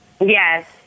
Yes